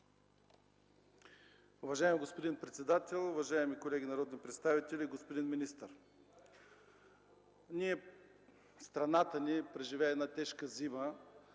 Уважаеми господин председател, уважаеми колеги народни представители, господин министър! Страната ни преживя тежка зима.